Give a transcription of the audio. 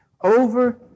over